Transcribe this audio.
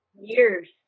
years